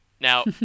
now